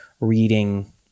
reading